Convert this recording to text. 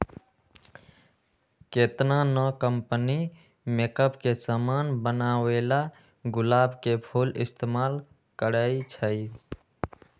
केतना न company makeup के समान बनावेला गुलाब के फूल इस्तेमाल करई छई